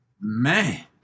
Man